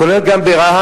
כולל גם ברהט,